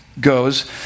goes